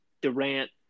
Durant